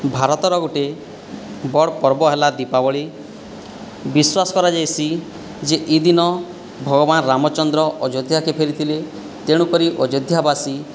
ଭାରତର ଗୋଟିଏ ବଡ଼ ପର୍ବ ହେଲା ଦୀପାବଳି ବିଶ୍ୱାସ କରାଯାଏ ଯେ ଏହିଦିନ ଭଗବାନ ରାମଚନ୍ଦ୍ର ଅଯୋଧ୍ୟାକୁ ଫେରିଥିଲେ ତେଣୁ କରି ଅଯୋଧ୍ୟାବାସୀ